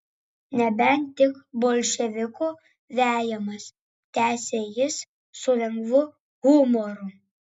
nebent tik bolševikų vejamas tęsė jis su lengvu humoru